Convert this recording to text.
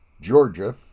georgia